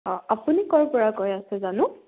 অঁ আপুনি ক'ৰ পৰা কৈ আছে জানো